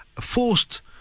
forced